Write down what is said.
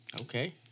Okay